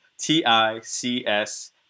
t-i-c-s